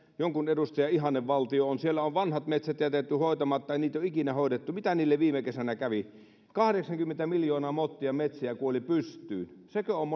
jonkun edustajan ihannevaltio on vanhat metsät jätetty hoitamatta ja niitä ei ikinä hoidettu mitä niille viime kesänä kävi kahdeksankymmentä miljoonaa mottia metsiä kuoli pystyyn sekö on